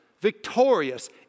victorious